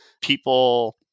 People